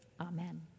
Amen